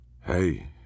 Hey